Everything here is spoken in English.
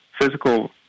physical